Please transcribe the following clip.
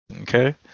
Okay